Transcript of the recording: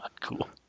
cool